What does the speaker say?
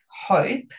hope